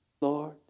Lord